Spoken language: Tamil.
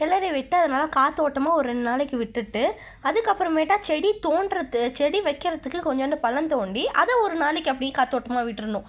கிளறிவிட்டு அதை நல்லா காற்றோட்டமா ஒரு ரெண்டு நாளைக்கு விட்டுட்டு அதுக்கு அப்புறமேட்டா செடி தோண்டுறது செடி வைக்கிறதுக்கு கொஞ்சோண்டு பள்ளம் தோண்டி அதை ஒரு நாளைக்கு அப்படியே காற்றோட்டமா விட்டுறணும்